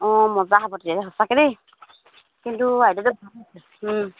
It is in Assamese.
অঁ মজা হ'ব তেতিয়া সঁচাকৈ দেই কিন্তু আইডিয়াটো ভাল হৈছে